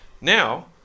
Now